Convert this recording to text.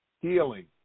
healing